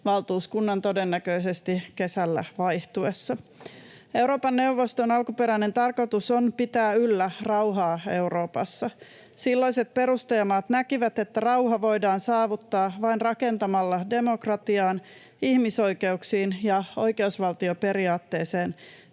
valtuuskunnan todennäköisesti kesällä vaihtuessa. Euroopan neuvoston alkuperäinen tarkoitus on pitää yllä rauhaa Euroopassa. Silloiset perustajamaat näkivät, että rauha voidaan saavuttaa vain rakentamalla demokratiaan, ihmisoikeuksiin ja oikeusvaltioperiaatteeseen